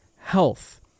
health